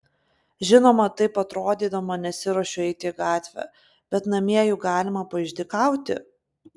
žinoma taip atrodydama nesiruošiu eiti į gatvę bet namie juk galima paišdykauti